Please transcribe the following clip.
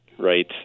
right